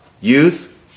Youth